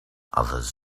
others